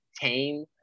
tame